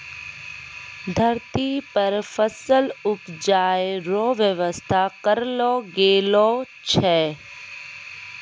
धरती पर फसल उपजाय रो व्यवस्था करलो गेलो छै